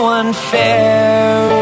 unfair